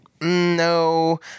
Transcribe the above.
No